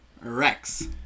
Rex